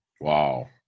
Wow